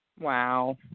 Wow